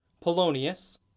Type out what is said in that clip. Polonius